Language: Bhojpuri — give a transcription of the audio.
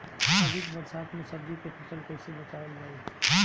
अधिक बरसात में सब्जी के फसल कैसे बचावल जाय?